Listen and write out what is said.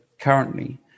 currently